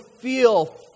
feel